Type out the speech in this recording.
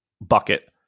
bucket